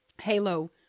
Halo